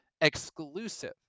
exclusive